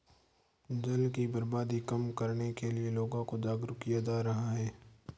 जल की बर्बादी कम करने के लिए लोगों को जागरुक किया जा रहा है